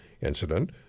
incident